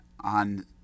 On